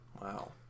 Wow